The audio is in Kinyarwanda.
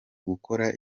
gukora